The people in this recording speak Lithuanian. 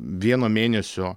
vieno mėnesio